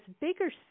bigger